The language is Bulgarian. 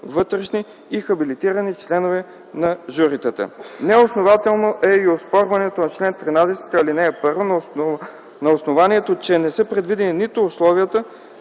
вътрешни и хабилитирани членове на журитата. Неоснователно е и оспорването на чл. 13, ал. 1, на основанието, че не са предвидени нито условия,